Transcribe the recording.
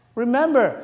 remember